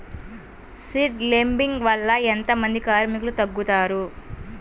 Seed లేంబింగ్ వల్ల ఎంత మంది కార్మికులు తగ్గుతారు?